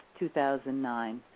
2009